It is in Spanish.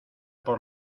por